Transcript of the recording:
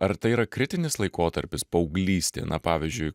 ar tai yra kritinis laikotarpis paauglystė na pavyzdžiui